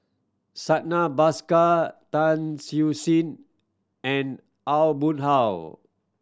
Santha Bhaskar Tan Siew Sin and Aw Boon Haw